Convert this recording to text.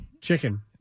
Chicken